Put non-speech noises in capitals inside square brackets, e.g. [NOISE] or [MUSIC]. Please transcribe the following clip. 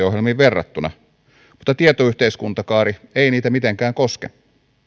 [UNINTELLIGIBLE] ohjelmiin verrattuna mutta tietoyhteiskuntakaari ei niitä mitenkään koske